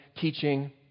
teaching